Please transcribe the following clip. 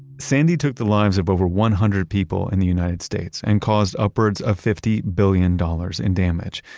sandy took the lives of over one hundred people in the united states, and caused upwards of fifty billion dollars in damage.